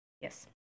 Yes